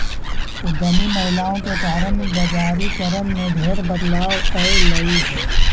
उद्यमी महिलाओं के कारण बजारिकरण में ढेर बदलाव अयलई हे